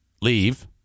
Leave